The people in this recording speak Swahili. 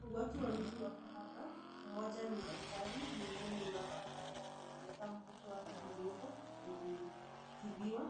Watu wawili wako hapa. Mmoja ni daktari, mwingine ni mama ambaye ameleta mtoto wake mdogo kutibiwa.